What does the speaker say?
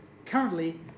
Currently